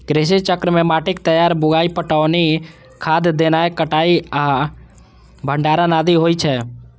कृषि चक्र मे माटिक तैयारी, बुआई, पटौनी, खाद देनाय, कटाइ आ भंडारण आदि होइ छै